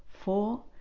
four